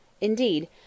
Indeed